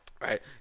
Right